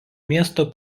miesto